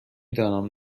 دانم